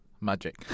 Magic